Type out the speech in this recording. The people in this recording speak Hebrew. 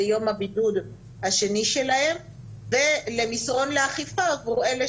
יום הבידוד השני שלהם ולמסרון לאכיפה עבור אלה